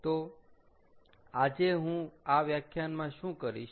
તો આજે હું આ વ્યાખ્યાનમાં શું કરીશ